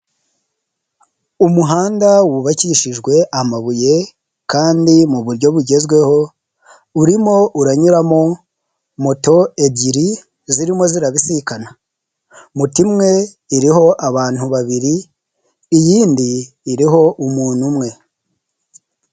Umuhanda wubakishijwe amabuye kandi mu buryo bugezweho, urimo uranyuramo moto ebyiri zirimo zirabisikana, moto imwe iriho abantu babiri, iyindi iriho umuntu umwe.